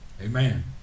Amen